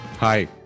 Hi